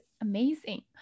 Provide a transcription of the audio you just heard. amazing